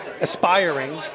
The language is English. aspiring